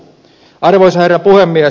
arvoisa herra puhemies